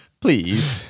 Please